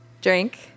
Drink